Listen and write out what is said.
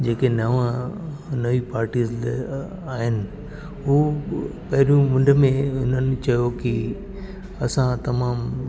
जेके नवा नई पाटी आहिनि हूं पहिरियों मुंड में हिननि चयो कि असां तमामु